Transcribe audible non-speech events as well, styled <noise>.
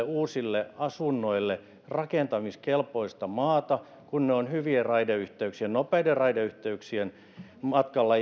<unintelligible> uusille asunnoille rakentamiskelpoista maata kun ne ovat hyvien raideyhteyksien nopeiden raideyhteyksien matkalla <unintelligible>